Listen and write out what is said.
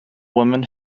women